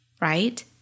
right